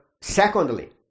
secondly